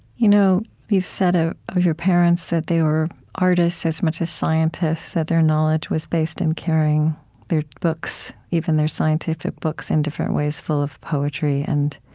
you know you've said ah of your parents that they were artists as much as scientists, that their knowledge was based in carrying their books, even their scientific books, in different ways full of poetry. and